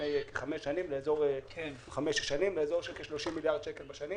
לפני כחמש חמש-שש שנים לכ-30 מיליארד שקל היום,